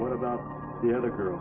what about the other girl